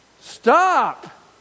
stop